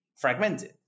fragmented